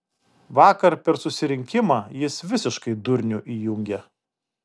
vakar per susirinkimą jis visiškai durnių įjungė